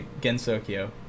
Gensokyo